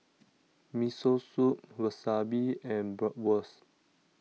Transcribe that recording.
Miso Soup Wasabi and Bratwurst